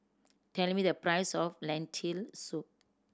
tell me the price of Lentil Soup